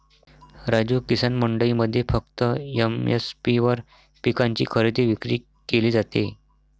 राजू, किसान मंडईमध्ये फक्त एम.एस.पी वर पिकांची खरेदी विक्री केली जाते